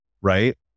right